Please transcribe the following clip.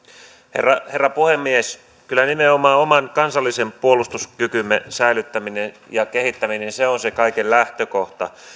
herra herra puhemies kyllä nimenomaan oman kansallisen puolustuskykymme säilyttäminen ja kehittäminen on se kaiken lähtökohta